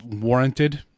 warranted